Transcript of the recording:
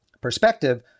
perspective